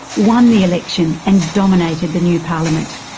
won the election and dominated the new parliament.